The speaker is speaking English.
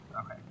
Okay